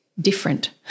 different